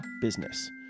business